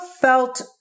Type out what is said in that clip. felt